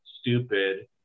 stupid